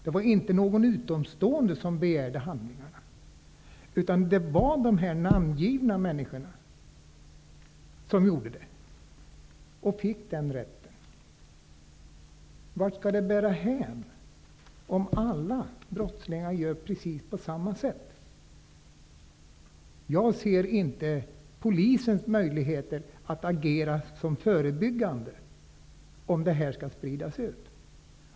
Det var inte en utomstående som begärde att få ta del av handlingarna, utan det gjorde de här namngivna människorna. Och de fick också rätt att ta del av handlingarna. Vart skall det bära hän om alla brottslingar gör på precis samma sätt? Jag ser inte att Polisen har möjligheter att agera i förebyggande syfte om sådana här uppgifter skall spridas ut till vem som helst.